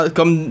Comme